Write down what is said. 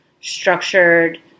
structured